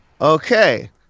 Okay